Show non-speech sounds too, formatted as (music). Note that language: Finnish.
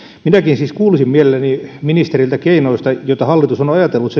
minäkin siis kuulisin mielelläni ministeriltä keinoista joita hallitus on on ajatellut (unintelligible)